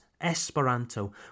Esperanto